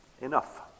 enough